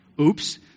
Oops